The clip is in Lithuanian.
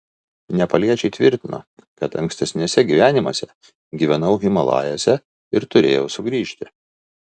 nepaliečiai tvirtino kad ankstesniuose gyvenimuose gyvenau himalajuose ir turėjau sugrįžti